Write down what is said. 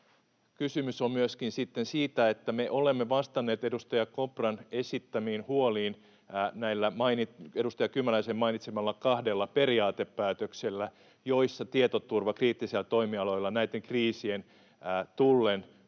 kysymys on myöskin sitten siitä, että me olemme vastanneet edustaja Kopran esittämiin huoliin näillä edustaja Kymäläisen mainitsemalla kahdella periaatepäätöksellä, joissa tietoturva kriittisillä toimialoilla näiden kriisien tullen tullaan